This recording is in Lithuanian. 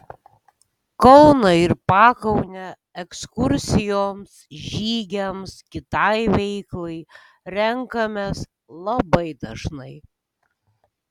kauną ir pakaunę ekskursijoms žygiams kitai veiklai renkamės labai dažnai